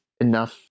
enough